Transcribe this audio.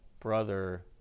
brother